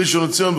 בראשון-לציון,